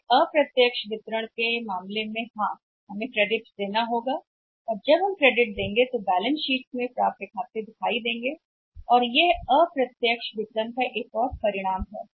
लेकिन अप्रत्यक्ष के मामले में वितरण हाँ हमें क्रेडिट देना होगा और जब हम क्रेडिट खाते को प्राप्तियां देंगे बैलेंस शीट में दिखाई देते हैं और अप्रत्यक्ष विपणन का यह एक और परिणाम है